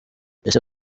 ese